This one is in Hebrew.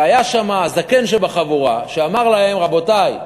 והיה שם הזקן שבחבורה שאמר להם: רבותי,